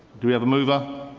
do we have a mover?